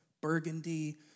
burgundy